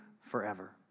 forever